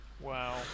Wow